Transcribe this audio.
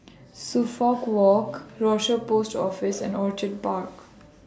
Suffolk Walk Rochor Post Office and Orchid Park